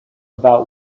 about